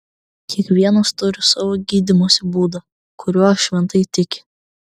kiekvienas turi savo gydymosi būdą kuriuo šventai tiki